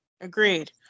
Agreed